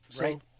Right